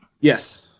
Yes